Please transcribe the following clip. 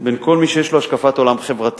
בין כל מי שיש לו השקפת עולם חברתית.